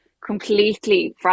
completely